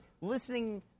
listening